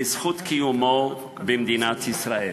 בזכות קיומו במדינת ישראל.